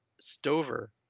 Stover